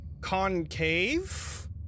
concave